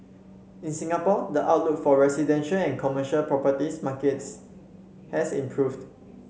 in Singapore the outlook for residential and commercial property markets has improved